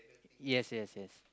yes yes yes